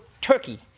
turkey